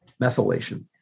methylation